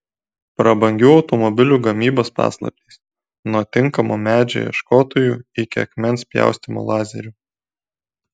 prabangių automobilių gamybos paslaptys nuo tinkamo medžio ieškotojų iki akmens pjaustymo lazeriu